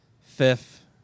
fifth